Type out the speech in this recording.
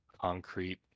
concrete